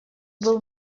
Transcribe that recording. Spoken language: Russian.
был